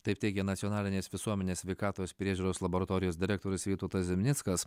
taip teigia nacionalinės visuomenės sveikatos priežiūros laboratorijos direktorius vytautas zimnickas